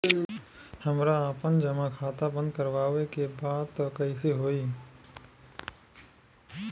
हमरा आपन जमा खाता बंद करवावे के बा त कैसे होई?